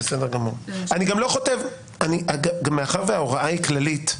גם מאחר וההוראה היא כללית,